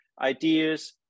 ideas